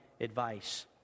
advice